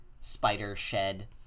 spider-shed